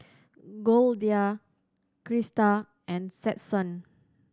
Goldia Christa and Stetson